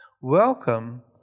Welcome